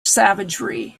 savagery